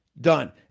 done